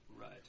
Right